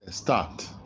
start